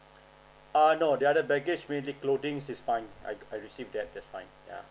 uh no the other baggage mainly clothing's is fine I I received that that's fine yeah